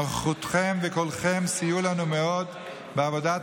נוכחותכם וקולכם סייעו לנו מאוד בעבודת